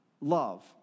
love